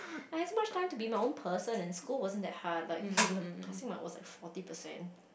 I have so much time to be my own person and school wasn't that hard like hmm the passing mark was like forty percent